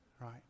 right